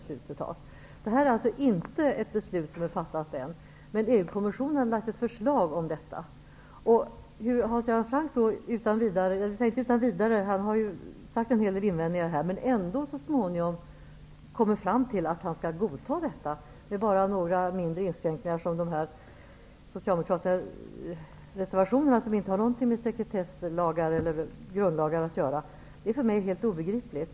Detta beslut är alltså inte fattat ännu, men EG kommissionen har lagt fram ett förslag om detta. Hur Hans Göran Franck då utan vidare -- inte utan vidare, han har ju kommit med en hel del invändningar här -- ändå så småningom kommer fram till att han skall godta detta med bara några mindre inskränkningar som följer av de socialdemokratiska reservationerna, som inte har någonting med sekretesslagar eller grundlagar att göra, är för mig helt obegripligt.